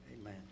Amen